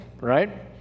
right